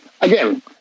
again